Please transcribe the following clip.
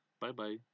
Bye-bye